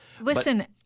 Listen—